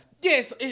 yes